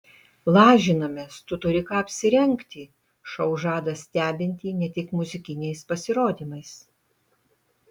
lažinamės tu turi ką apsirengti šou žada stebinti ne tik muzikiniais pasirodymais